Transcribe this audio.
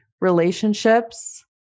relationships